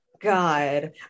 God